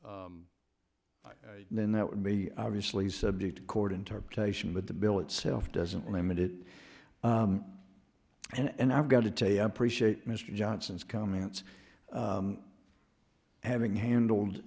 bill then that would be obviously subject court interpretation but the bill itself doesn't limit it and i've got to tell you i appreciate mr johnson's comments having handled